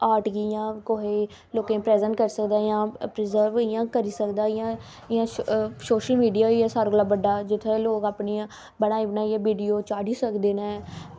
art गी इंया कोई लोकें ई प्रजर्व करी करदा प्रजर्व इंया करी सकदा जियां सोशल मीडिया होइया सारें कशा बड्डा जित्थें लोग अपने इंया बनाई बनाई वीडियो चाढ़ी सकदे न